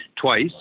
twice